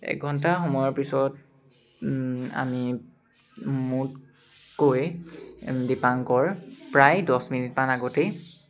এক ঘণ্টা সময়ৰ পিছত আমি মোতকৈ দীপাংকৰ প্ৰায় দহ মিনিটমান আগতেই